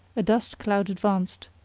a dust cloud advanced